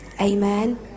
Amen